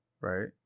Right